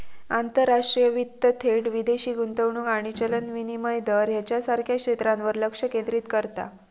आंतरराष्ट्रीय वित्त थेट विदेशी गुंतवणूक आणि चलन विनिमय दर ह्येच्यासारख्या क्षेत्रांवर लक्ष केंद्रित करता